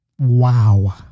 Wow